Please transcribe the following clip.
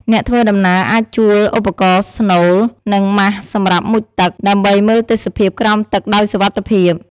អ្នកធ្វើដំណើរអាចជួលឧបករណ៍ស្នូល និងម៉ាសសម្រាប់មុជទឹក ដើម្បីមើលទេសភាពក្រោមទឹកដោយសុវត្ថិភាព។